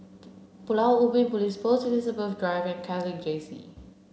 Pulau Ubin Police Post Elizabeth Drive and Catholic Jesse